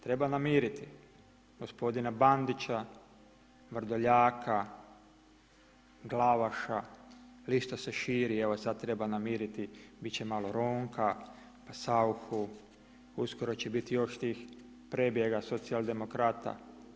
Treba namiriti, gospodina Bandića, Vrdoljaka, Galavaša, Kristo se širi, evo sada treba namiriti, biti će malo Ronka, pa Sauchu, uskoro će biti još tih prebjega sociodemorkata.